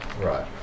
Right